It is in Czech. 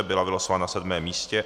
Byla vylosována na sedmém místě.